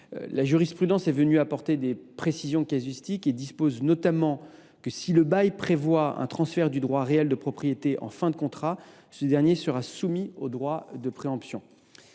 La jurisprudence est venue apporter des précisions casuistiques. Elle indique notamment que, si le bail prévoit un transfert du droit réel de propriété en fin de contrat, ce dernier sera soumis au droit de préemption.